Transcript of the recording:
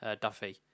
Duffy